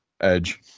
Edge